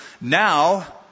Now